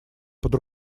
под